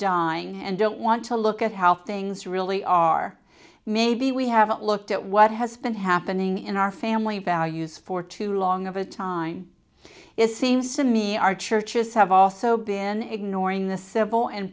dying and don't want to look at how things really are maybe we haven't looked at what has been happening in our family values for too long of a time it seems to me our churches have also been ignoring the civil and